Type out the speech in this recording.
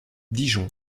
dijon